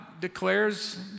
declares